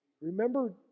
Remember